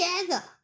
together